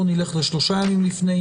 פה נלך לשלושה ימים לפני.